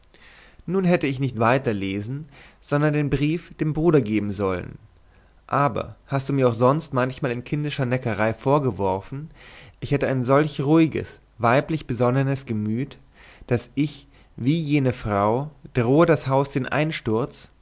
nun hätte ich nicht weiter lesen sondern den brief dem bruder geben sollen aber hast du mir auch sonst manchmal in kindischer neckerei vorgeworfen ich hätte solch ruhiges weiblich besonnenes gemüt daß ich wie jene frau drohe das haus den einsturz